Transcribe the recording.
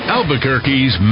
Albuquerque's